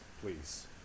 please